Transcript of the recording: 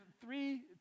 three